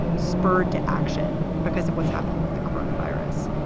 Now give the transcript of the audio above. spurred to action because of what's happening with the corona virus.